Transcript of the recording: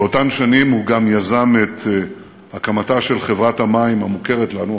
באותן שנים הוא גם יזם את הקמתה של חברת המים המוכרת לנו,